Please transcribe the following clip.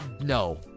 no